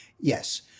Yes